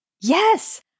Yes